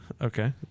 Okay